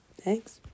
thanks